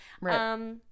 Right